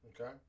Okay